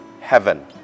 heaven